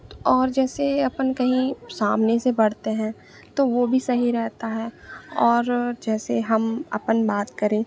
तो और जैसे अपन कहीं सामने से पढ़ते हैं तो वह भी सही रहता है और जैसे हम अपन बात करें